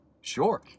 sure